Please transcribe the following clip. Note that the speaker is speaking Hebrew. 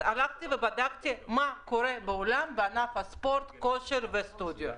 בדקתי מה קורה בעולם בענף הספורט, הכושר והסטודיו.